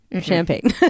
champagne